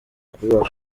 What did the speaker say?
kubaho